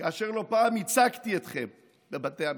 כאשר לא פעם ייצגתי אתכם בבתי המשפט,